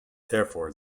therefore